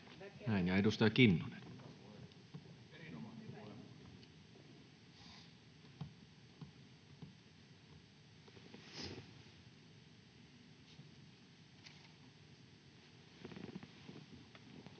— Ja edustaja Kinnunen.